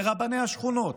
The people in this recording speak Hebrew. לרבני השכונות,